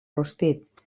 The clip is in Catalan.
rostit